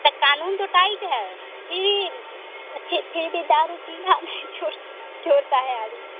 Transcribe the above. तो क़ानून तो टाइट है फिर भी फिर भी दारू पीना नहीं छोड़ छोड़ता है आदमी